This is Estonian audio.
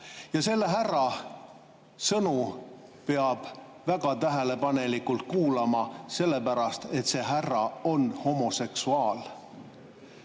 Ja selle härra sõnu peab väga tähelepanelikult kuulama, sellepärast et see härra on homoseksuaal.